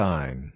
Sign